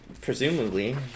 Presumably